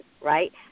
Right